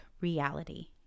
reality